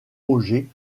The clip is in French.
auger